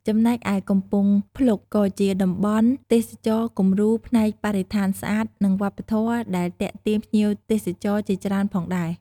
ចំណែកឯ កំពង់ភ្លុកក៏ជាតំបន់ទេសចរណ៍គំរូផ្នែកបរិស្ថានស្អាត និងវប្បធម៌ដែលទាក់ទាញភ្ញៀវទេសចរជាច្រើនផងដែរ។